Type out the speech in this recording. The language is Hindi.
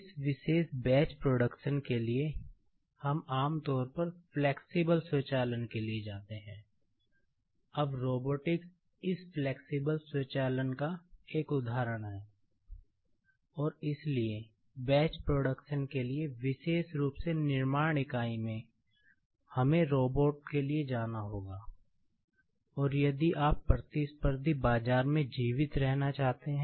इस विशेष बैच प्रोडक्शन के लिए हम आम तौर पर फ्लेक्सिबल स्वचालन के लिए जाते हैं